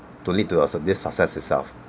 to lead to uh this success itself